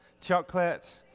Chocolate